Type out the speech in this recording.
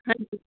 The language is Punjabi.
ਹਾਂਜੀ